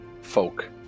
folk